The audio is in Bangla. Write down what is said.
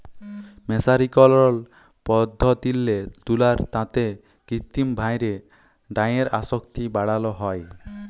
মের্সারিকরল পদ্ধতিল্লে তুলার তাঁতে কিত্তিম ভাঁয়রে ডাইয়ের আসক্তি বাড়ালো হ্যয়